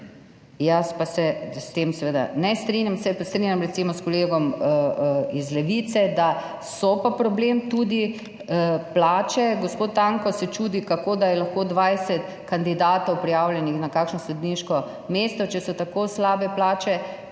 jaz pa se s tem seveda ne strinjam. Se pa strinjam recimo s kolegom iz Levice, da so pa problem tudi plače. Gospod Tanko se čudi, kako da je lahko 20 kandidatov prijavljenih na kakšno sodniško mesto, če so tako slabe plače.